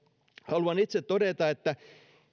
haluan itse todeta että